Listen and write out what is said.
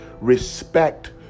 Respect